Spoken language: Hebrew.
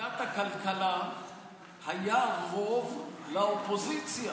בוועדת הכלכלה היה רוב לאופוזיציה.